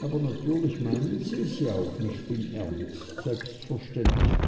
aber natürlich meinen sie es ja auch nicht im ernst selbstverständlich